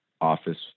office